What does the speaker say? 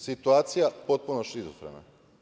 Situacija potpuno šizofrena.